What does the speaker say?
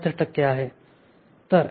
70 टक्के आहे